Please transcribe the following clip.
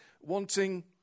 wanting